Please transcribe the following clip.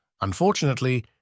Unfortunately